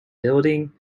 building